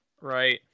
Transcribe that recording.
Right